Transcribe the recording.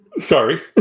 Sorry